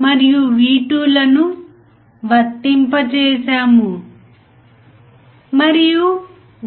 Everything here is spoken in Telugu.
లేదా మీరు BJT గురించి మాట్లాడితే